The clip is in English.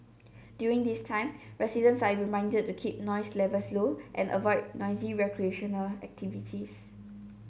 during this time residents are reminded to keep noise levels low and avoid noisy recreational activities